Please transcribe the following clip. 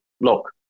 look